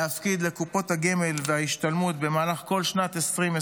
להפקיד לקופות הגמל וההשתלמות במהלך כל שנת 2024